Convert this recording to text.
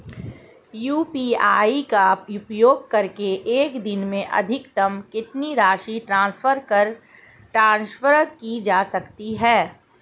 UPI का उपयोग करके एक दिन में अधिकतम कितनी राशि ट्रांसफर की जा सकती है?